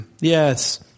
yes